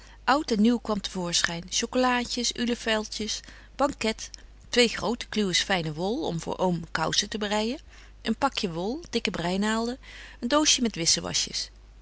oud en nieuw kwam te voorschyn chocolaadjes ulefeltjes banket twee grote kluwens fyne wol om voor oom koussen te breijen een pakje wol dikke breinaalden een doosje met wissewasjes